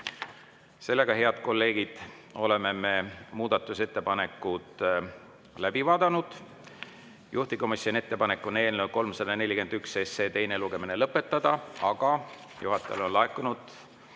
2. Head kolleegid, oleme muudatusettepanekud läbi vaadanud. Juhtivkomisjoni ettepanek on eelnõu 341 teine lugemine lõpetada, aga juhatajale on laekunud